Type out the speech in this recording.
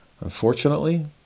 Unfortunately